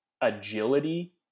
agility